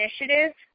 initiative